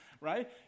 right